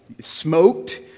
smoked